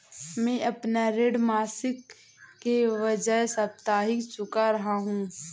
मैं अपना ऋण मासिक के बजाय साप्ताहिक चुका रहा हूँ